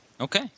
Okay